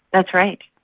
that's right.